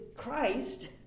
christ